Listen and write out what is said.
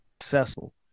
successful